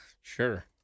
Sure